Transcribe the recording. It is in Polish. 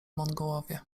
mongołowie